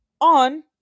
on